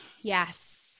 Yes